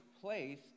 place